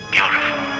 Beautiful